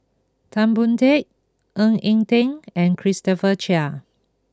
Tan Boon Teik Ng Eng Teng and Christopher Chia